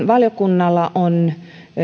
valiokunnalla on